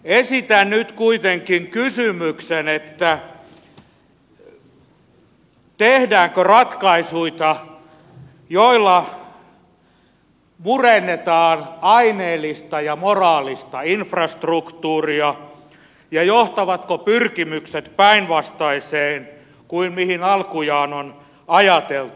esitän nyt kuitenkin kysymyksen tehdäänkö ratkaisuja joilla murennetaan aineellista ja moraalista infrastruktuuria ja johtavatko pyrkimykset päinvastaiseen kuin mihin alkujaan on ajateltu